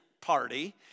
party